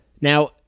now